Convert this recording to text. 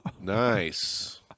Nice